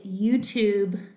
YouTube